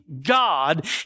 God